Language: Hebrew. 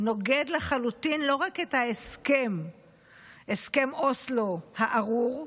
נוגד לחלוטין לא רק את הסכם אוסלו הארור,